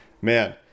man